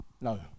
No